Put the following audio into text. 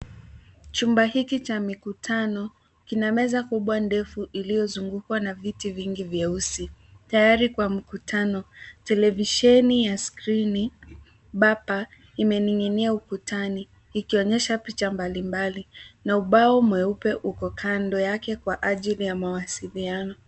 Chumba hiki cha mikutano kina meza kubwa ndefu iliyozungukwa na viti vingi vyeusi. Tayari kwa mkutano, televisheni ya skrini papa imening'inia ukutani, ikionyesha picha mbalimbali, na ubao mweupe uko kando yake kwa ajili ya mawasiliano.